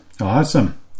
Awesome